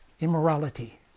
immorality